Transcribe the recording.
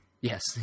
Yes